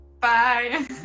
Bye